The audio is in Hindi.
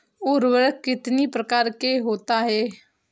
उर्वरक कितनी प्रकार के होता हैं?